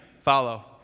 follow